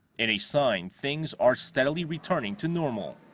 in a sign things are steadily returning to normal.